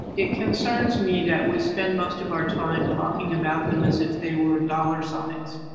it concerns me that we spend most of our time talking about them as if they were dollar signs